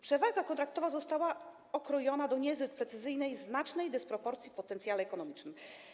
Przewaga kontraktowa została okrojona do niezbyt precyzyjnej „znacznej dysproporcji w potencjale ekonomicznym”